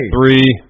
Three